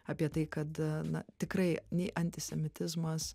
apie tai kad na tikrai nei antisemitizmas